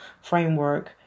framework